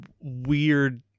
weird